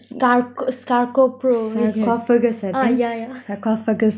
sarco~ sarcoph~ ah yeah yeah